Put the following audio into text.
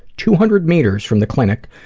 two hundred meters from the clinic,